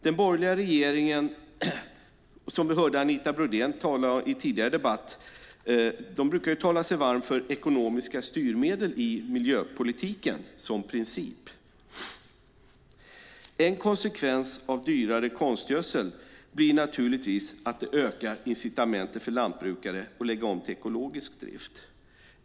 Den borgerliga regeringen brukar annars, som vi hörde Anita Brodén göra i den tidigare debatten, tala sig varm för ekonomiska styrmedel i miljöpolitiken som princip. En konsekvens av dyrare konstgödsel blir naturligtvis att det ökar incitamentet för lantbrukare att lägga om till ekologisk drift.